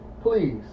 please